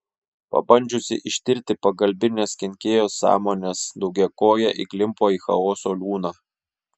pabandžiusi ištirti pagalbines kenkėjo sąmones daugiakojė įklimpo į chaoso liūną